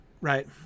Right